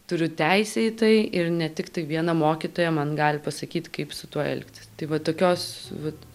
turiu teisę į tai ir ne tiktai viena mokytoja man gali pasakyt kaip su tuo elgtis tai va tokios vat